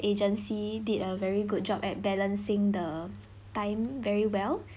agency did a very good job at balancing the time very well